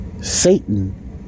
Satan